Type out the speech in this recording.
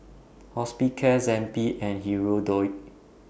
Hospicare Zappy and Hirudoid